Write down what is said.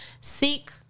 seek